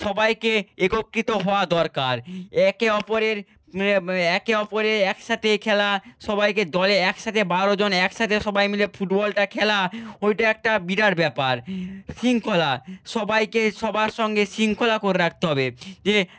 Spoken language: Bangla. সবাইকে একত্রিত হওয়া দরকার একে অপরের একে অপরের একসাথে খেলা সবাইকে দলে একসাথে বারো জন একসাথে সবাই মিলে ফুটবলটা খেলা ওইটা একটা বিরাট ব্যাপার শৃঙ্খলা সবাইকে সবার সঙ্গে শৃঙ্খলা করে রাখতে হবে যে